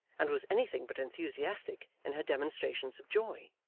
and was anything but enthusiastic in her demonstrations of joy.